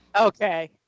Okay